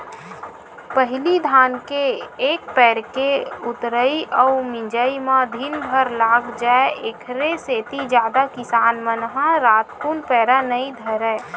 पहिली धान के एक पैर के ऊतरई अउ मिजई म दिनभर लाग जाय ऐखरे सेती जादा किसान मन ह रातकुन पैरा नई धरय